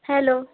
hello